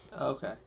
Okay